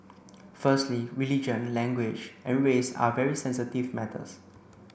firstly religion language and race are very sensitive matters